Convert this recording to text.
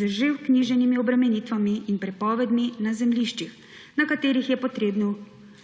z že vknjiženimi obremenitvami in prepovedmi na zemljiščih, na katerih je treba vknjižiti